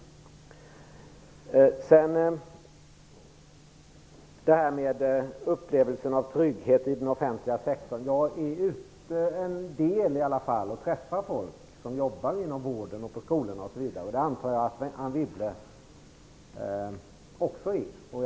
När det gäller detta med upplevelsen av trygghet i den offentliga sektorn är jag ute en hel del och träffar folk som jobbar inom vården och bl.a. på skolor. Jag antar att också Anne Wibble är det.